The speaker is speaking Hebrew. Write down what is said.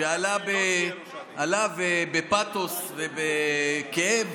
שעלה ובפתוס ובכאב